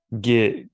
get